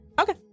Okay